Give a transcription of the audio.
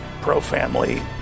pro-family